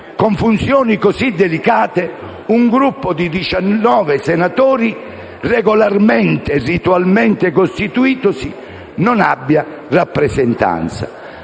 con funzioni così delicate, un Gruppo di 18 senatori, regolarmente e ritualmente costituitosi, non abbia rappresentanza?